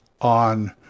on